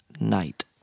night